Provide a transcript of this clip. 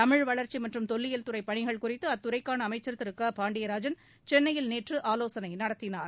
தமிழ் வளர்ச்சி மற்றும் தொல்லியல் துறை பணிகள் குறிதது அத்துறைக்கான அமைச்சர் திரு க பாண்டியராஜன் சென்னையில் நேற்று ஆலோசனை நடத்தினார்